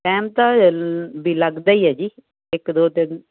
time ਤਾਂ ਵੀ ਲੱਗਦਾ ਹੀ ਹੈ ਜੀ ਇੱਕ ਦੋ ਦਿਨ